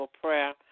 prayer